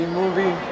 movie